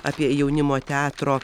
apie jaunimo teatro